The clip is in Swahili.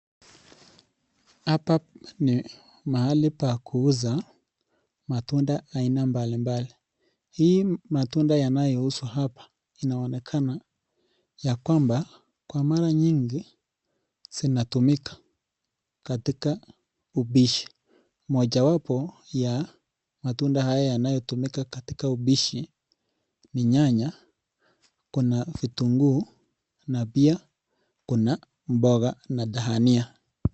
Hapa ni mahali pa kuuza aina mbalimbali ya matunda yanayo uswa hapa inaonekana ya Kwamba Kwa mara zinatumika katika upishi mojawapo wa ya matunda haya yanapotumika katika upishi ni nyanya vitinguu na pia Kuna mboga na daania.